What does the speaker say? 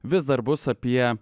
vis dar bus apie